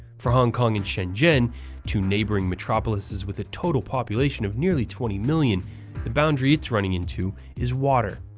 for hong kong and shenzhen two neighboring metropolises with a total population of nearly twenty million the boundary it's running into is water.